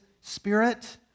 Spirit